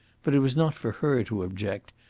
but it was not for her to object,